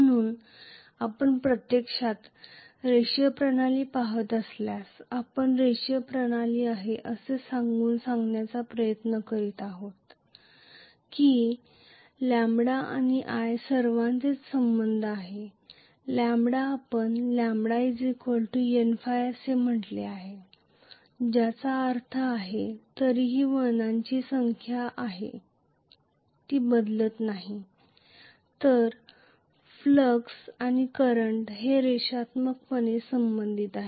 म्हणून आपण प्रत्यक्षात रेषीय प्रणाली पाहत असल्यास आपण रेषीय प्रणाली आहे असे सांगून सांगण्याचा प्रयत्न करीत आहोत की λ आणि i सर्वांचेच संबंध आहे λ आपण λ Nϕ असे म्हटले आहे आणि ज्याचा अर्थ आहे तरीही वळणांची संख्या आहे बदलत नाही तर फ्लक्स आणि करंट हे रेषात्मकपणे संबंधित आहेत